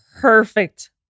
perfect